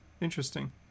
Interesting